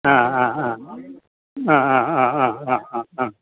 ആ ആ ആ ആ ആ ആ ആ ആ ആ ആ